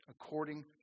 according